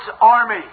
army